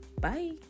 Bye